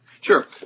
Sure